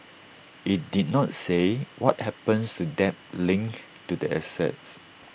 IT did not say what happens to debt linked to the assets